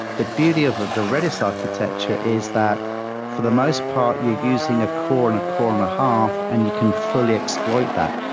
the beauty of of the redis architecture is that for the most part, you're using a core and a core and a half and you can fully exploit that.